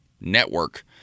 network